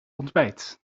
ontbijt